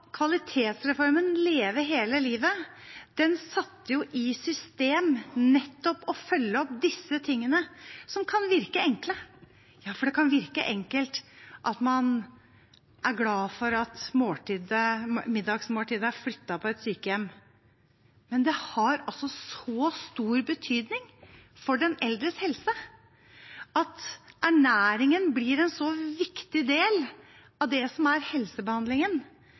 Kvalitetsreformen Leve hele livet satte nettopp det å følge opp disse tingene, som kan virke enkle, i system. Det kan virke enkelt at man er glad for at middagsmåltidet er flyttet på et sykehjem, men det har altså stor betydning for den eldres helse at ernæring blir en viktig del av helsebehandlingen. Hvis man ikke spiser godt nok, mister man enda flere funksjoner når man er